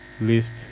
list